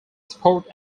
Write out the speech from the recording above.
sport